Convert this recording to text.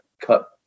cut